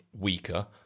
weaker